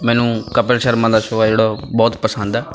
ਮੈਨੂੰ ਕਪਿਲ ਸ਼ਰਮਾ ਦਾ ਸ਼ੋ ਆ ਜਿਹੜਾ ਉਹ ਬਹੁਤ ਪਸੰਦ ਆ